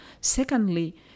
secondly